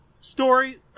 story